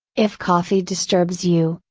if coffee disturbs you,